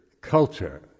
culture